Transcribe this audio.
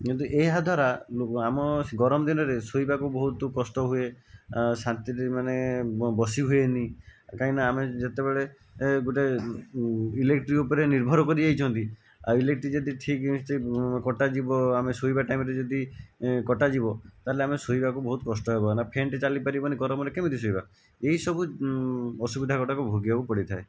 କିନ୍ତୁ ଏହାଦ୍ଵାରା ଆମ ଗରମ ଦିନରେ ଶୋଇବାକୁ ବହୁତ କଷ୍ଟ ହୁଏ ଶାନ୍ତିରେ ମାନେ ବସି ହୁଏନି କାହିଁକିନା ଆମେ ଯେତେବେଳେ ଗୋଟିଏ ଇଲେକ୍ଟ୍ରି ଉପରେ ନିର୍ଭର କରିଯାଇଛନ୍ତି ଆଉ ଇଲେକ୍ଟ୍ରି ଯଦି ଠିକ୍ କଟାଯିବ ଆମେ ଶୋଇବା ଟାଇମରେ ଯଦି କଟାଯିବ ତାହାଲେ ଆମେ ଶୋଇବାକୁ ବହୁତ କଷ୍ଟ ହେବ ନା ଫ୍ୟାନ୍ଟେ ଚାଲିପାରିବନି ଗରମରେ କେମିତି ଶୋଇବା ଏହିସବୁ ଅସୁବିଧା ଗୁଡ଼ାକ ଭୋଗିବାକୁ ପଡ଼ିଥାଏ